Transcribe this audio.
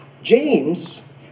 James